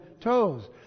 toes